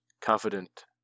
Confident